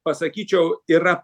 pasakyčiau yra